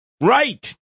right